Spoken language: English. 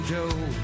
Joe